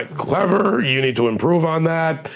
ah clever, you need to improve on that,